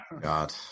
God